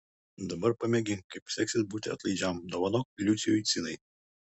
dabar pamėgink kaip seksis būti atlaidžiam dovanok liucijui cinai